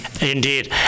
Indeed